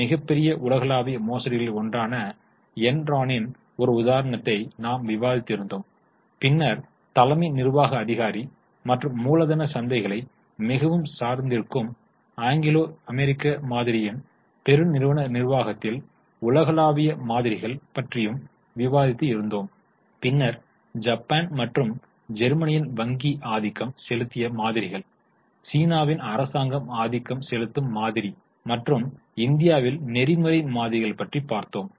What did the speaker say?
மிகப்பெரிய உலகளாவிய மோசடிகளில் ஒன்றான என்ரானின் ஒரு உதாரணத்தை நாம் விவாதித்து இருதோம் பின்னர் தலைமை நிர்வாக அதிகாரி மற்றும் மூலதன சந்தைகளை மிகவும் சார்ந்திருக்கும் ஆங்கிலோ அமெரிக்க மாதிரியின் பெருநிறுவன நிர்வாகத்தில் உலகளாவிய மாதிரிகள் பற்றியும் விவாதித்து இருதோம் பின்னர் ஜப்பான் மற்றும் ஜெர்மனியின் வங்கி ஆதிக்கம் செலுத்திய மாதிரிகள் சீனாவின் அரசாங்க ஆதிக்கம் செலுத்தும் மாதிரி மற்றும் இந்தியாவில் நெறிமுறை மாதிரிகள் பற்றி பார்த்தோம்